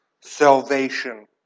Salvation